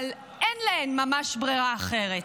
אבל אין להן ממש ברירה אחרת.